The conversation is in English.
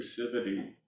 inclusivity